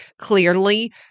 clearly